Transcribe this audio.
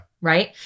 Right